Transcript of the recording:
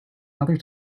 other